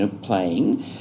playing